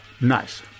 Nice